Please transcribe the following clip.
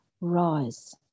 rise